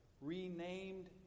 renamed